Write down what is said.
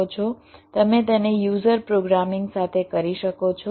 તમે તેને user programming સાથે કરી શકો છો